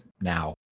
now